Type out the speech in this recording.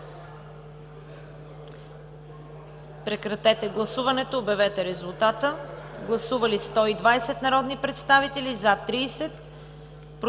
Прекратете гласуването и обявете резултата. Гласували 120 народни представители: за 43, против